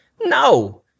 No